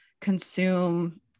consume